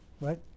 right